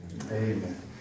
Amen